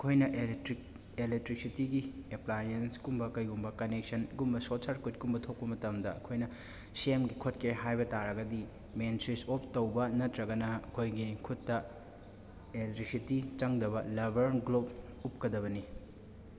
ꯑꯩꯈꯣꯏꯅ ꯑꯦꯂꯦꯇ꯭ꯔꯤꯛ ꯑꯦꯂꯦꯛꯇ꯭ꯔꯤꯛꯁꯤꯇꯤꯒꯤ ꯑꯦꯄ꯭ꯂꯥꯌꯦꯟꯁ ꯀꯨꯝꯕ ꯀꯩꯒꯨꯝꯕ ꯀꯟꯅꯦꯛꯁꯟ ꯒꯨꯝꯕ ꯁꯣꯔꯠ ꯁꯔꯀ꯭ꯋꯤꯠ ꯀꯨꯝꯕ ꯊꯣꯛꯄ ꯃꯇꯝꯗ ꯑꯩꯈꯣꯏꯅ ꯁꯦꯝꯒꯦ ꯈꯣꯠꯀꯦ ꯍꯥꯏꯕ ꯇꯥꯔꯒꯗꯤ ꯃꯦꯟ ꯁ꯭ꯋꯤꯠꯆ ꯑꯣꯞ ꯇꯧꯕ ꯅꯠꯇ꯭ꯔꯒꯅ ꯑꯩꯈꯣꯏꯒꯤ ꯈꯨꯠꯇ ꯑꯦꯂꯦꯛꯇ꯭ꯔꯤꯛꯁꯤꯇꯤ ꯆꯪꯗꯕ ꯂꯕꯔ ꯒ꯭ꯂꯣꯞ ꯎꯞꯀꯗꯕꯅꯤ